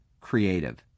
creative